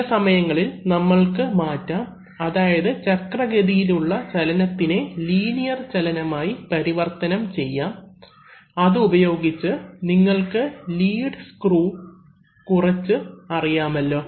ചില സമയങ്ങളിൽ നമ്മൾക്ക് മാറ്റാം അതായത് ചക്ര ഗതിയിലുള്ള ചലനത്തിനെ ലീനിയർ ചലനമായി പരിവർത്തനം ചെയ്യാം ഇത് ഉപയോഗിച്ച് നിങ്ങൾക്ക് ലീഡ് സ്ക്രൂ കുറച്ച് അറിയാമല്ലോ